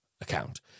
account